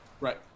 Right